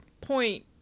point